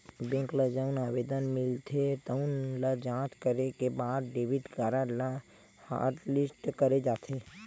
bank ल जउन आवेदन मिलथे तउन ल जॉच करे के बाद डेबिट कारड ल हॉटलिस्ट करे जाथे